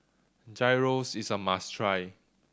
gyros is a must try